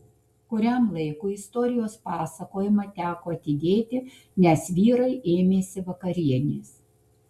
kuriam laikui istorijos pasakojimą teko atidėti nes vyrai ėmėsi vakarienės